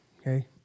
okay